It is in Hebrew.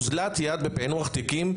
אוזלת יד בפיענוח תיקים,